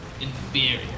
Inferior